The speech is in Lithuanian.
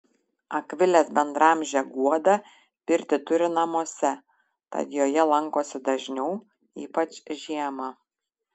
akvilės bendraamžė guoda pirtį turi namuose tad joje lankosi dažniau ypač žiemą